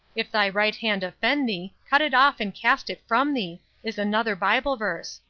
if thy right hand offend thee, cut it off and cast it from thee is another bible verse.